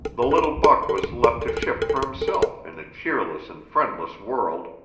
the little buck was left to shift for himself in a cheerless and friendless world,